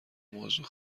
موضوع